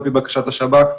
על-פי בקשת השב"כ,